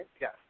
Yes